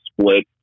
split